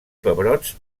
pebrots